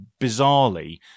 bizarrely